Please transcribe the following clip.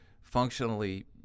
functionally